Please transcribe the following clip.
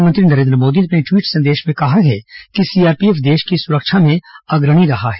प्रधानमंत्री नरेंद्र मोदी ने अपने ट्वीट संदेश में कहा है कि सीआरपीएफ देश की सुरक्षा में अग्रणी रहा है